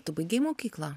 tu baigei mokyklą